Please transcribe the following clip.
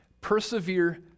persevere